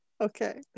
okay